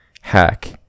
hack